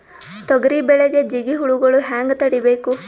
ತೊಗರಿ ಬೆಳೆಗೆ ಜಿಗಿ ಹುಳುಗಳು ಹ್ಯಾಂಗ್ ತಡೀಬೇಕು?